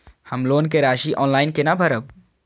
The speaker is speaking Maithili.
हम लोन के राशि ऑनलाइन केना भरब?